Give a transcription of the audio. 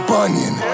Bunyan